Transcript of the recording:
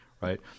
right